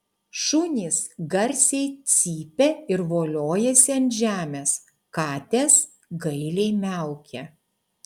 šunys garsiai cypia ir voliojasi ant žemės katės gailiai miaukia